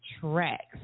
tracks